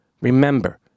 Remember